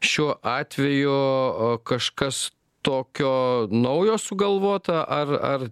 šiuo atveju kažkas tokio naujo sugalvota ar ar